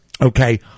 Okay